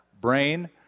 brain